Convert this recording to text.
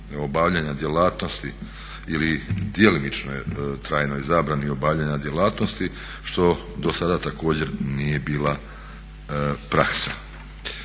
obavljanja djelatnosti ili djelomično trajnoj zabrani obavljanja djelatnosti što do sada također nije bila praksa.